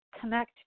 connect